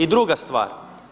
I druga stvar.